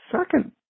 second